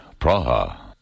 Praha